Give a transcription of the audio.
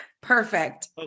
Perfect